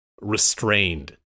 restrained